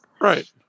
Right